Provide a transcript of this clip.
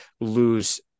lose